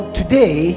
today